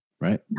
Right